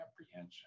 apprehension